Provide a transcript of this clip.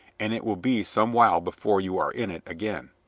and it will be some while before you are in it again.